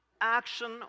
action